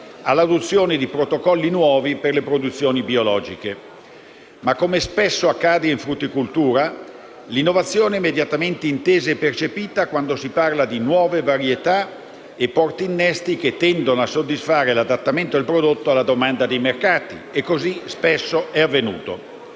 all'adozione di protocolli nuovi per le produzioni biologiche. Come spesso accade in frutticoltura, l'innovazione è immediatamente intesa e percepita quando si parla di nuove varietà e portinnesti, che tendono a soddisfare l'adattamento del prodotto alla domanda dei mercati e così spesso è avvenuto.